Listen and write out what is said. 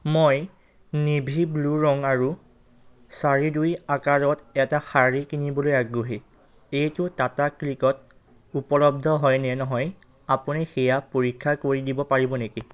মই navy blue ৰঙ আৰু চাৰি দুই আকাৰত এটা শাৰী কিনিবলৈ আগ্ৰহী এইটো টাটা ক্লিকত উপলব্ধ হয় নে নহয় আপুনি সেয়া পৰীক্ষা কৰিব দিব পাৰিব নেকি